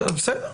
בסדר,